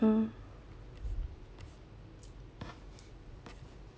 mm